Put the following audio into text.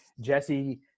Jesse